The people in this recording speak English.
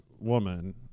woman